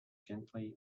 gently